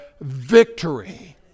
victory